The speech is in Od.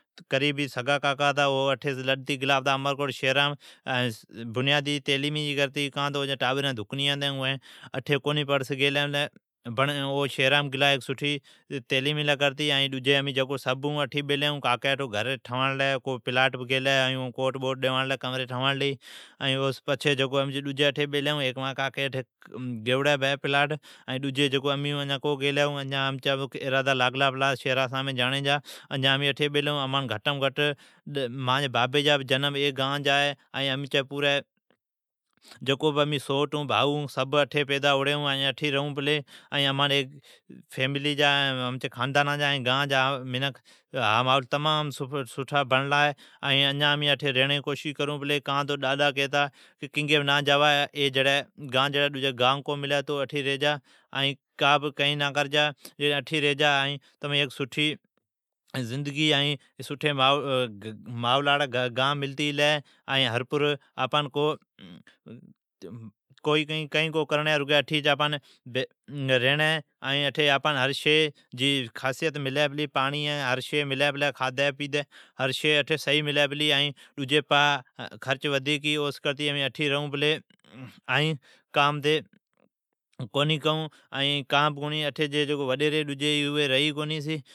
کریبی مانجا سگا کاکا ھتا او اٹھیس لڈتی گلا پتا امرکوٹ۔ او بنیادی تیلیمی لی کرتی کان تو اوجین ٹابریین اٹھی پڑ کو سگھلین۔ سٹھی تعلیمی ،ڈجین امین سبھ اٹھی بیلین ھون۔ مانجی کاکا پلاٹ گیلی ہے ائین گھر بھی ٹھواڑلین ہے۔ امین پلاٹ کونی گیلی ہے امچا ارادا لاگلا پلا ہے شھرا سامین لاگلا پلا ہے۔ مانجی بابی جا جنم اٹھلا ہے ائین امین جکو بھی بھائو امچا سجان جا جنم اٹھلا ہے۔ امچی خاندانان ائین امچی گھران بھی بڑین چھی۔ ائین مانجا ڈاڈا ھتا اوڑین امان کیلی تمین کنگی نا ججا ای گان جیڑی ڈجی تمان گا کونی ملی۔ سٹھی ماحولا ڑی گان ملتی گلی ہے ائین آپان کنگی کونی جاڑین ہے۔ اٹھی آپان ھر شی ملی پلی پاڑین ڈجی کھادھی پیتی ائین ڈجی پاسی خرچ ودھیک ھی او سون کرتی امین اٹھی ریئون پلی۔ اٹھلی جکو وڈیری ڈجی ھی۔